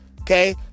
okay